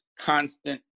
constant